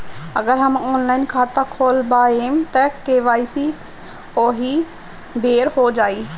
अगर हम ऑनलाइन खाता खोलबायेम त के.वाइ.सी ओहि बेर हो जाई